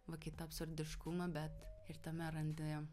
va kai tą absurdiškumą bet ir tame randi